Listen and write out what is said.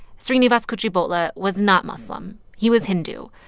srinivas kuchibhotla was not muslim. he was hindu.